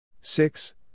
Six